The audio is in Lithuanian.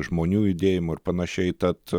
žmonių judėjimu ir panašiai tad